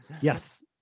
Yes